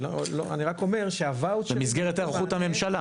אני רק אומר שהוואוצ'רים --- במסגרת היערכות הממשלה.